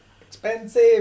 expensive